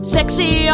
Sexy